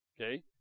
Okay